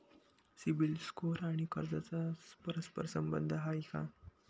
CIBIL score आणि कर्जाचा परस्पर संबंध आहे का?